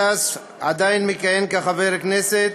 גטאס עדיין מכהן כחבר כנסת,